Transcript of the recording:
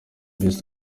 best